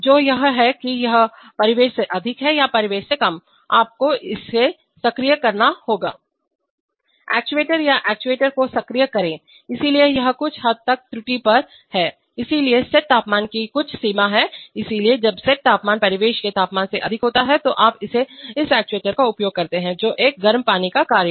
जो यह है कि यह परिवेश से अधिक है या परिवेश से कम है आपको इसे सक्रिय करना होगा actuator या इस actuator को सक्रिय करें इसलिए यह कुछ हद तक त्रुटि पर है इसलिए सेट तापमान की कुछ सीमा है इसलिए जब सेट तापमान परिवेश के तापमान से अधिक होता है तो आप इस एक्चुएटर का उपयोग करते हैं जो एक गर्म पानी का कार्य है